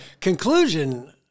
conclusion